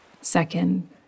second